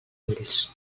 ulls